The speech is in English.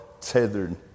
tethered